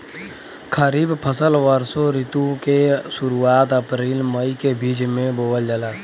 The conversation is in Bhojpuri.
खरीफ फसल वषोॅ ऋतु के शुरुआत, अपृल मई के बीच में बोवल जाला